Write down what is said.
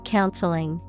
Counseling